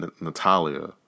Natalia